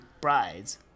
brides